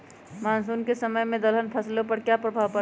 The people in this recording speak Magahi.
मानसून के समय में दलहन फसलो पर क्या प्रभाव पड़ता हैँ?